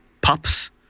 pups